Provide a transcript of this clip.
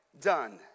done